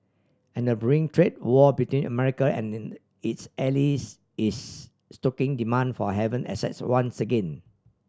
and a brewing trade war between America and in its allies is stoking demand for haven assets once again